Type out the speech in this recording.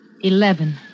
Eleven